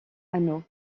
anneau